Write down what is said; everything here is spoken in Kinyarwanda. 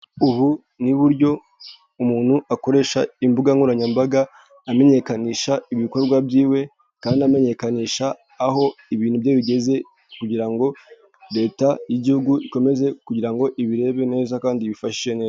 Ubu ni uburyo umuntu akoresha imbuga nkoranyambaga amenyekanisha ibikorwa by'iwe kandi amenyekanisha aho ibintu bye bigeze, kugira ngo Leta y'igihugu ikomeze kugira ngo ibirebe neza kandi ibifashe ne...